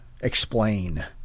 explain